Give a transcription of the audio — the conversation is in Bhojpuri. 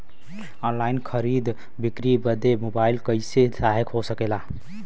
ऑनलाइन खरीद बिक्री बदे मोबाइल कइसे सहायक हो सकेला?